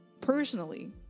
personally